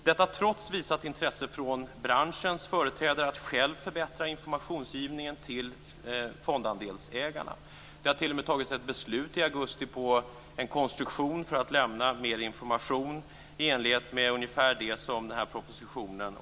Detta sker trots ett visat intresse från branschens företrädare att själva förbättra informationsgivningen till fondandelsägarna. Det fattades t.o.m. ett beslut i augusti på en konstruktion för att lämna mer information i enlighet med ungefär det som eftersöks i propositionen.